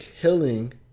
killing